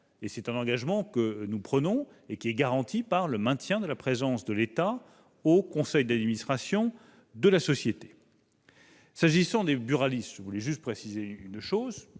C'est un engagement que nous prenons, qui est garanti par le maintien de la présence de l'État au conseil d'administration de la société. S'agissant des buralistes, nous faisons évidemment très